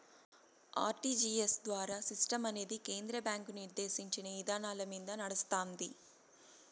RTGS ద్వారా సిస్టమనేది కేంద్ర బ్యాంకు నిర్దేశించిన ఇదానాలమింద నడస్తాంది